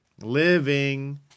living